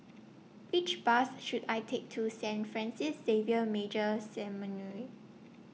Which Bus should I Take to Saint Francis Xavier Major Seminary